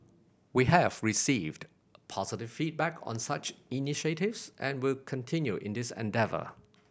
we have received positive feedback on such initiatives and will continue in this endeavour